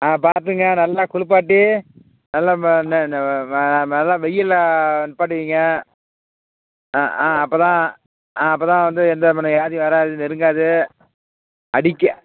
ஆ பார்த்துங்க நல்லா குளிப்பாட்டி நல்லா நல்லா வெயிலில் நிற்பாட்டி வைங்க ஆ ஆ அப்போ தான் ஆ அப்போ தான் வந்து எந்த விதமான வியாதியும் வராது நெருங்காது அடிக்க